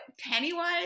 Pennywise